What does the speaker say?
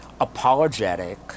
apologetic